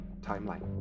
timeline